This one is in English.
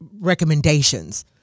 recommendations